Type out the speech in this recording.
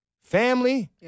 family